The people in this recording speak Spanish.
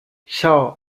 shaw